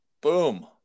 Boom